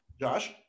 Josh